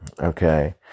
Okay